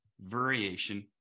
variation